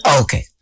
Okay